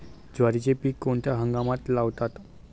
ज्वारीचे पीक कोणत्या हंगामात लावतात?